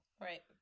Right